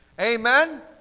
Amen